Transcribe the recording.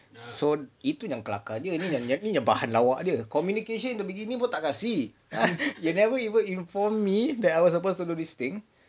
so itu yang kelakar dia ni bahan lawak dia communication in the beginning pun tak kasi [tau] they never even inform me that I was supposed to do this thing